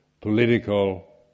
political